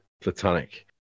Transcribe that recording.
platonic